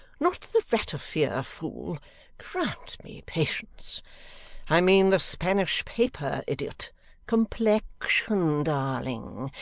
not the ratafia, fool grant me patience i mean the spanish paper, idiot complexion, darling.